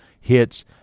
hits